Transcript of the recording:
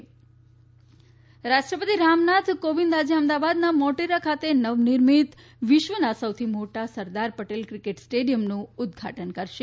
રાષ્ટ્રપતિ રાષ્ટ્રપતિ રામનાથ કોવિંદ આજે અમદાવાદના મોટેરા ખાતે નવનિર્મિત વિશ્વના સૌથી મોટા સરદાર પટેલ ક્રિકેટ સ્ટેડિયમનું ઉદઘાટન કરશે